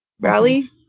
rally